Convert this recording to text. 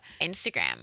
Instagram